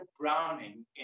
Browning